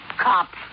cops